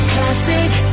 Classic